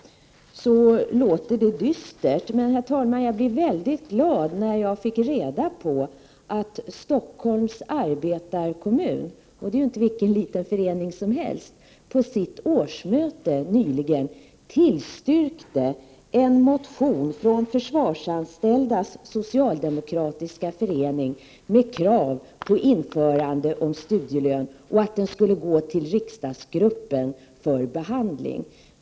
Jag blev mycket glad, herr talman, när jag fick reda på att Stockholms arbetarekommun, som inte är vilken liten förening som helst, på sitt årsmöte nyligen tillstyrkte en motion från Försvarsanställdas socialdemokratiska förening med krav på införande av studielön och att förslaget skulle gå till den socialdemokratiska riksdagsgruppen för behandling.